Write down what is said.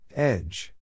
Edge